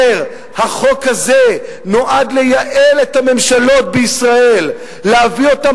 אומר: "החוק הזה נועד לייעל את הממשלות בישראל ולהביא אותן,